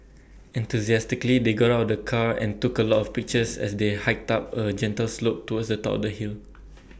enthusiastically they got out of the car and took A lot of pictures as they hiked up A gentle slope towards the top of the hill